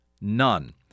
none